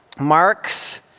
marks